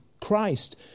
Christ